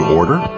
order